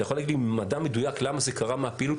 אתה יכול להגיד לי מדע מדויק אם זה קרה מהפעילות,